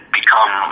become